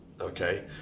Okay